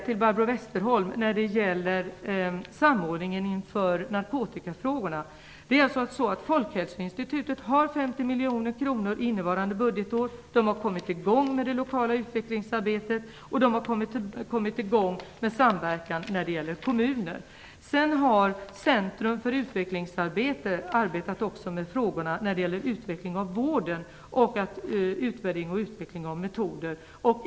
Till Barbro Westerholm vill jag när det gäller samordningen av narkotikafrågorna säga att Folkhälsoinstitutet har 50 miljoner kronor innevarande budgetår. Det har kommit i gång med det lokala utvecklingsarbetet och med samverkan med kommuner. Centrum för utvecklingsarbete har arbetat med frågorna om utvecklingen av vården och utveckling och utvärdering av metoder.